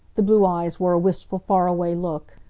the blue eyes wore a wistful, far-away look.